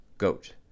Goat